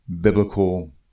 biblical